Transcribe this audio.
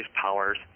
powers